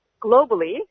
globally